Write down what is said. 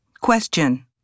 Question